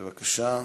בבקשה.